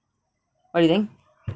what do you think